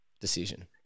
decision